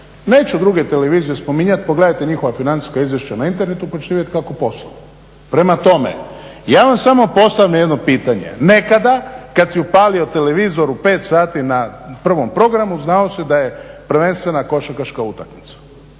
Neću druge televizije spominjati, pogledajte njihova financijska izvješća na internetu pa ćete vidjeti kako posluju. Prema tome, ja vam samo postavljam jedno pitanje. Nekada kad si upalio televizor u pet sati na prvom programu znao si da je prvenstvena košarkaška utakmica